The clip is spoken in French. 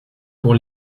pour